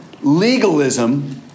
Legalism